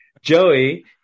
Joey